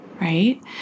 right